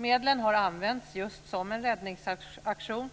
Medlen har använts just som en räddningsaktion